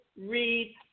read